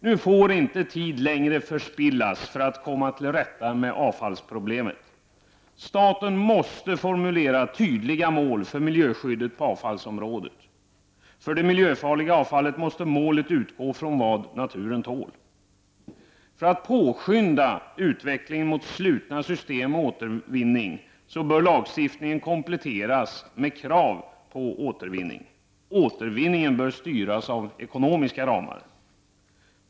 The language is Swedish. Nu får inte tid längre förspillas för att komma till rätta med avfallsproblemet. Staten måste formulera tydliga mål för miljöskyddet på avfallsområdet. För det miljöfarliga avfallet måste målet utgå från vad naturen tål. För att påskynda utvecklingen mot slutna system och återvinning bör lagstiftningen kompletteras med krav på återvinning. Återvinningen bör styras av ekonomiska ramar.